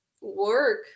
work